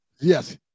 Yes